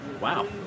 Wow